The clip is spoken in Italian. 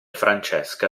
francesca